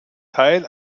teil